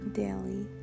daily